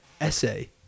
essay